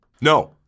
No